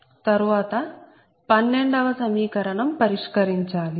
తరువాత 12వ సమీకరణం పరిష్కరించాలి